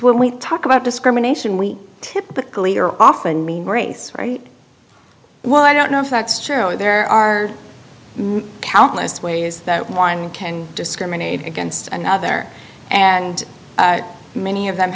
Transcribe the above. when we talk about discrimination we typically are often mean race right when i don't know facts surely there are countless ways that one can discriminate against another and many of them